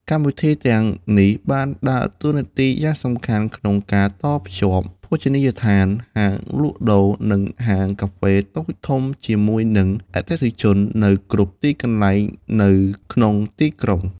កម្មវិធីទាំងនេះបានដើរតួនាទីយ៉ាងសំខាន់ក្នុងការតភ្ជាប់ភោជនីយដ្ឋាន ហាងលក់ដូរ និងហាងកាហ្វេតូចធំជាមួយនឹងអតិថិជននៅគ្រប់ទីកន្លែងនៅក្នុងទីក្រុង។